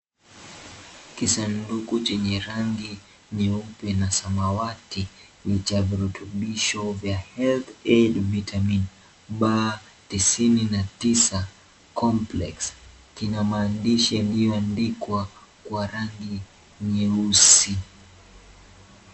Kisanduku chenye rangi nyeupe na samawati imejaa virutubisho vya HealthAid Vitamin B tisini na tisa Complex . Kina maandishi yaliyoandikwa kwa rangi nyeusi.